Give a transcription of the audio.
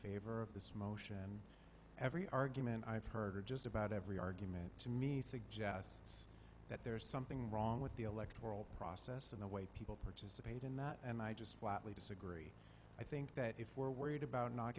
favor of this motion and every argument i've heard just about every argument to me suggests that there's something wrong with the electoral process and the way people per dissipate in that and i just flatly disagree i think that if we're worried about not